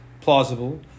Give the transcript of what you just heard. plausible